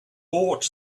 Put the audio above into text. bought